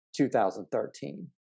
2013